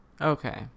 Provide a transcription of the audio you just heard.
Okay